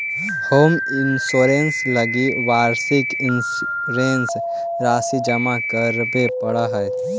home insurance लगी वार्षिक insurance राशि जमा करावे पड़ऽ हइ